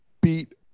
beat